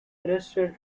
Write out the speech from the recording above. arrested